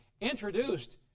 introduced